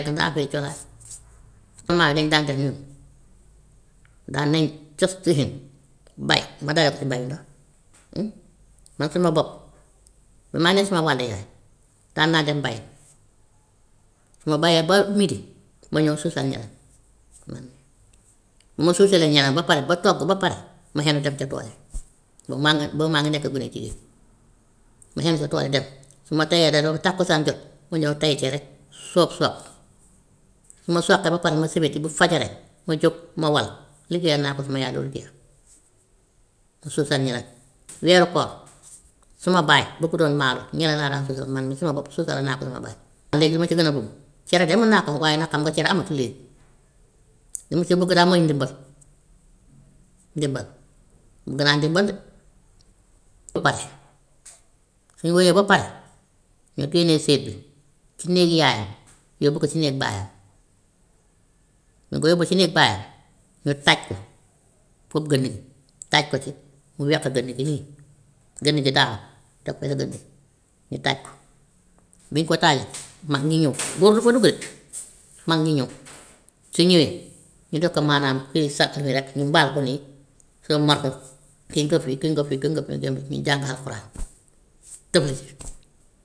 Xam nga afeeri cosaan mamans yi lañ daan def ñun daan nañ bay ba. Man suma bopp ba may ne suma wàlli yaay daan naa dem béyi, su ma béyee ba midi ma ñëw suusal ñam man, bu ma suusalee ñam yi ba pare ba togg ba pare ma xenu dem ca tool ya, boobu maa ngi boobu maa ngi nekk ma xenu sa tool yi dem, su ma teyee da doon tàkkusaan jot ma ñëw tey cere, so- soq, su ma soqee ba pare ma sebeti bu fajaree ma jóg ma wal liggéeyal naa ko suma yaay ba mu jeex, ma suusal ñu añ. weeru koor suma baay bëggutoon maalo ñeleŋ laa daan suusal man mii sama bopp suusalal naa ko sama baay, léegi lu ma si gën a bugg, cere de mën naa koo wax, waaye nag xam nga cere amatut léegi. Li ma si bëgg daal mooy ndimbal, ndimbal bëgg naa ndimbal. Ba pare, su ñu woyee ba pare ñu génnee séet bi ci néegi yaayam yóbbu ko si néeg baayam, su ñu ko yóbboo si néeg baayam ñu taaj ko, pour gënni taaj ko ci mu weq gënn gi nii, gënn gi daanu, teg ko si gënn gi ñu taaj ko, bi ñu ko taajee mag ñi ñëw góor du fa dugg de mag ñi ñëw suñ ñëwee ñu jox ko maanaam kii sàq bi rek ñu mbaal ko nii, sëlmal ko kii ngëf bii kii ngëf bii kii ngëf bii ngeen ñu jàng alxuraan tëfli.